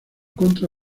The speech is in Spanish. contra